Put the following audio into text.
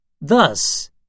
Thus